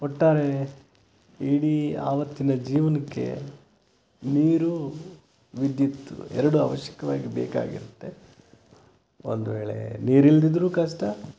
ಒಟ್ಟಾರೆ ಇಡೀ ಆವತ್ತಿನ ಜೀವನಕ್ಕೆ ನೀರು ವಿದ್ಯುತ್ ಎರಡೂ ಅವಶ್ಯಕವಾಗಿ ಬೇಕಾಗಿರತ್ತೆ ಒಂದ್ವೇಳೆ ನೀರು ಇಲ್ಲದಿದ್ರೂ ಕಷ್ಟ